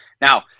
Now